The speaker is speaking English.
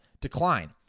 decline